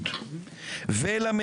ולהגיד,